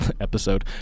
Episode